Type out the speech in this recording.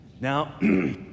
Now